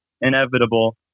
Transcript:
inevitable